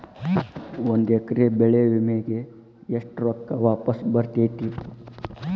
ಒಂದು ಎಕರೆ ಬೆಳೆ ವಿಮೆಗೆ ಎಷ್ಟ ರೊಕ್ಕ ವಾಪಸ್ ಬರತೇತಿ?